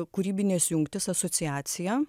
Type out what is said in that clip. kūrybinės jungtys asociacija